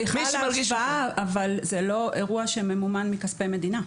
סליחה על ההשוואה אבל זה לא אירוע שממומן מכספי מדינה.